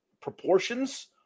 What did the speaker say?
proportions